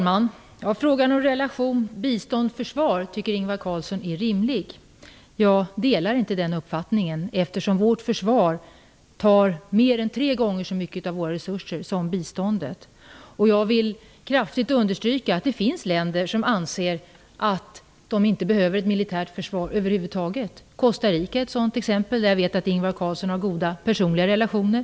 Fru talman! Relationen bistånd-försvar tycker Ingvar Carlsson är rimlig. Jag delar inte den uppfattningen, eftersom vårt försvar tar mer än tre gånger så mycket av våra resurser som biståndet gör. Jag vill kraftigt understryka att det finns länder som anser att de inte behöver ett militärt försvar över huvud taget. Costa Rica är ett sådant exempel. I det avseendet vet jag att Ingvar Carlsson har goda personliga relationer.